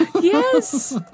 Yes